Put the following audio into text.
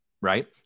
right